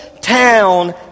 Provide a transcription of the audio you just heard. town